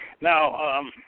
Now